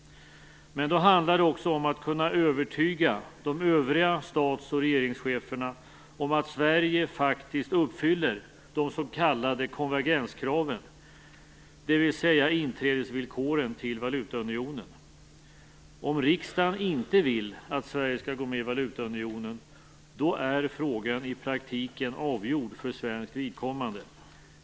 Men då handlar det också om att kunna övertyga övriga stats och regeringschefer om att Sverige faktiskt uppfyller de s.k. konvergenskraven, dvs. inträdesvillkoren till valutaunionen. Om riksdagen inte vill att Sverige skall gå med i valutaunionen är frågan i praktiken avgjord för svenskt vidkommande.